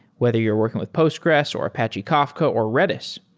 whether you're working with postgres, or apache kafka, or redis,